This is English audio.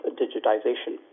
digitization